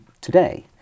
today